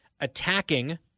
attacking